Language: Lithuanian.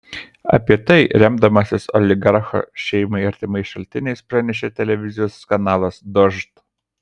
apie tai remdamasis oligarcho šeimai artimais šaltiniais pranešė televizijos kanalas dožd